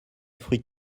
fruits